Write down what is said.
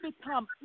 become